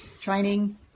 training